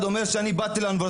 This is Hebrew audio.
כשאנחנו רואים מקרי אלימות,